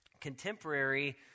contemporary